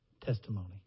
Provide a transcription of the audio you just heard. testimony